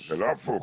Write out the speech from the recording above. זה לא הפוך.